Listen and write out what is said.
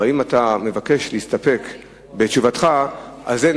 אבל אם אתה מבקש להסתפק בתשובתך, אין